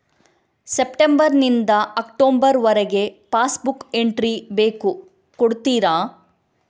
September ನಿಂದ October ವರಗೆ passbook entry ಬೇಕು ಕೊಡುತ್ತೀರಾ?